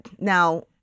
now